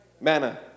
Manna